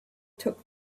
took